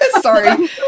sorry